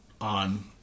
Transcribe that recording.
on